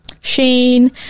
Shane